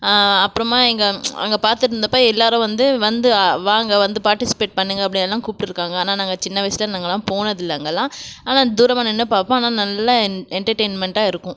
அப்புறமா எங்கே அங்கே பார்த்துட்ருந்தப்ப எல்லோரும் வந்து வந்து வாங்க வந்து பார்ட்டிசிபேட் பண்ணுங்கள் அப்படியெல்லாம் கூப்பிட்டுருக்காங்க ஆனால் நாங்கள் சின்ன வயசுலிருந்து நாங்கெல்லாம் போனதில்லை அங்கேல்லாம் ஆனால் தூரமாக நின்று பார்ப்போம் ஆனால் நல்லா என்டர்டைன்மெண்ட்டாக இருக்கும்